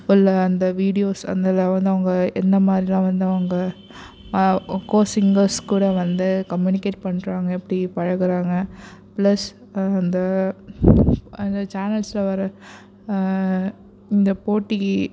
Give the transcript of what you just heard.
உள்ள அந்த வீடியோஸ் அதில் வந்து அவங்க எந்த மாதிரிலாம் வந்து அவங்க கோசிங்கர்ஸ் கூட வந்து கம்யூனிகேட் பண்ணுறாங்க எப்படி பழகுறாங்க ப்ளஸ் அந்த அந்த சேனல்ஸில் வர இந்த போட்டிக்கு